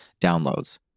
downloads